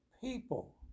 people